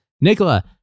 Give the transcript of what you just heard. Nicola